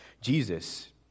Jesus